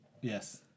Yes